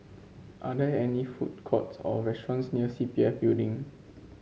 are there any food courts or restaurants near C P F Building